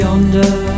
Yonder